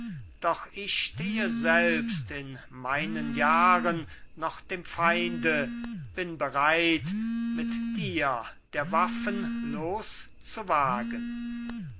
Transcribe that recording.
doch ich stehe selbst in meinen jahren noch dem feinde bin bereit mit dir der waffen